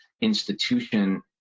Institution